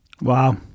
Wow